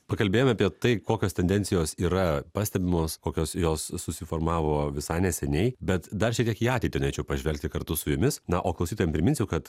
pakalbėjome apie tai kokios tendencijos yra pastebimos kokios jos susiformavo visai neseniai bet dar šiek tiek į ateitį norėčiau pažvelgti kartu su jumis na o klausytojam priminsiu kad